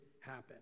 happen